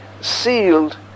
sealed